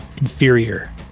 Inferior